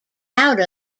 out